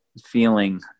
feeling